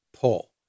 pull